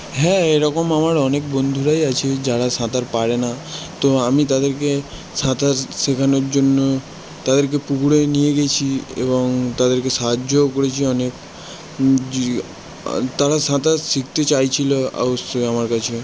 হ্যাঁ এরকম আমার অনেক বন্ধুরাই আছে যারা সাঁতার পারে না তো আমি তাদেরকে সাঁতার শেখানোর জন্য তাদেরকে পুকুরে নিয়ে গিয়েছি এবং তাদেরকে সাহায্যও করেছি অনেক তারা সাঁতার শিখতে চাইছিল অবশ্যই আমার কাছে